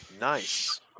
Nice